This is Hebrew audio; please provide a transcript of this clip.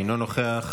אינו נוכח,